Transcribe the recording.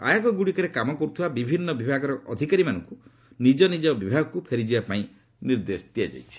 ଆୟୋଗଗୁଡ଼ିକରେ କାମ କରୁଥିବା ବିଭିନ୍ନ ବିଭାଗର ଅଧିକାରୀମାନଙ୍କୁ ନିକ ନିଜ ବିଭାଗକ୍ତ ଫେରିଯିବାପାଇଁ ନିର୍ଦ୍ଦେଶ ଦିଆଯାଇଛି